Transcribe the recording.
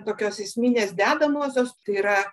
tokios esminės dedamosios tai yra